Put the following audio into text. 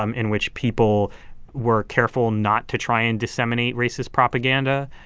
um in which people were careful not to try and disseminate racist propaganda.